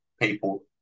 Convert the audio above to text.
people